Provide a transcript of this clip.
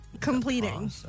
completing